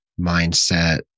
mindset